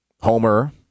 Homer